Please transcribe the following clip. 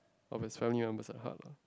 of his family on the lah